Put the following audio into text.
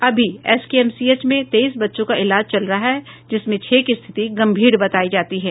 अभी एसकेएमसीएच में तेईस बच्चों का इलाज चल रहा है जिसमें छह की स्थिति गम्भीर बतायी जाती है